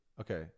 Okay